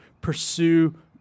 pursue